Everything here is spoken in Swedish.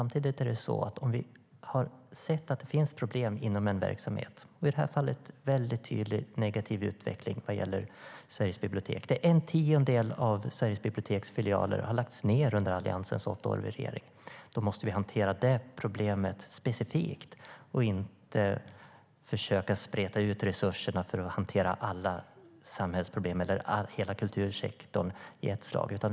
Men om vi ser att det finns problem inom en verksamhet - i det här fallet en väldigt tydlig negativ utveckling för Sveriges bibliotek, där en tiondel av Sveriges biblioteksfilialer har lagts ned under Alliansens åtta regeringsår - måste vi hantera det problemet specifikt och inte spreta ut resurserna för att hantera alla samhällsproblem eller hela kultursektorn i ett slag.